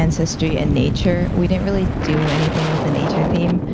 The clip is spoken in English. ancestry in nature, we didn't really do anything with the nature theme,